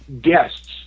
guests